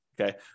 Okay